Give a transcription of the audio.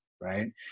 Right